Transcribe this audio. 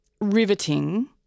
riveting